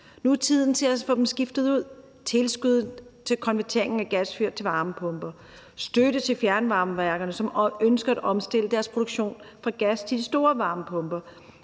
Nu er tiden til at få dem skiftet ud. Der kunne være tilskud til konvertering fra gasfyr til varmepumper, støtte til fjernvarmeværkerne, som ønsker at omstille deres produktion fra gas til de store varmepumper,